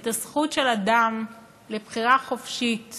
את הזכות של אדם לבחירה חופשית